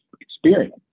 experience